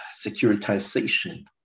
securitization